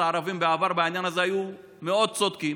הערבים בעבר בעניין הזה היו מאוד צודקים,